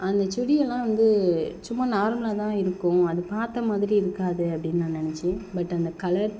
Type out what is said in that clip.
அந்த சுடியெல்லான் வந்து சும்மா நார்மலாகதான் இருக்கும் அது பார்த்த மாதிரி இருக்காது அப்படின்னு நான் நினச்சேன் பட் அந்த கலர்